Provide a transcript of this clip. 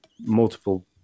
multiple